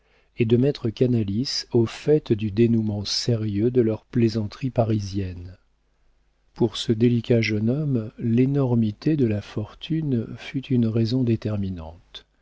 et de mettre canalis au fait du dénoûment sérieux de leur plaisanterie parisienne pour ce délicat jeune homme l'énormité de la fortune fut une raison déterminante